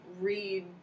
read